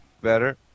better